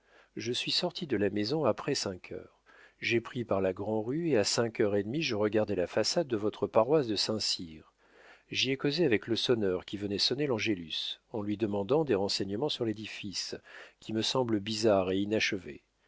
je suis sorti de la maison après cinq heures j'ai pris par la grand'rue et à cinq heures et demie je regardais la façade de votre paroisse de saint-cyr j'y ai causé avec le sonneur qui venait sonner l'angelus en lui demandant des renseignements sur l'édifice qui me semble bizarre et inachevé